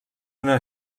una